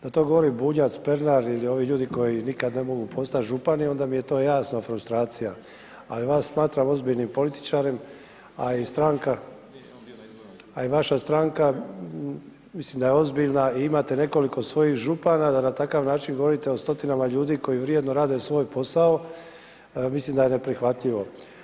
Da to govori Bunjac, Pernar ili ovi ljudi koji nikada ne mogu postat župani onda mi je to jasna frustracija, ali vas smatram ozbiljnim političarem, a i vaša stranka mislim da je ozbiljna i imate nekoliko svojih župana, da na takav način govorite o stotinama ljudi koji vjerno rade svoj posao, mislim da je neprihvatljivo.